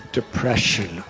depression